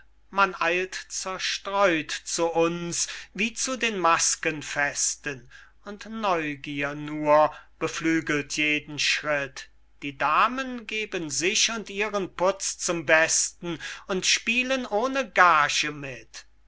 man eilt zerstreut zu uns wie zu den maskenfesten und neugier nur beflügelt jeden schritt die damen geben sich und ihren putz zum besten und spielen ohne gage mit